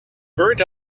burnt